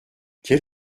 quel